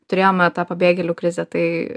turėjom tą pabėgėlių krizę tai